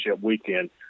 weekend